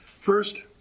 First